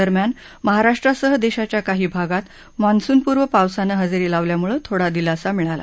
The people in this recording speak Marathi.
दरम्यान महाराष्ट्रासह देशाच्या काही भागात मान्सूनपूर्व पावसानं हजेरी लावल्यामुळे थोडा दिलासा मिळाला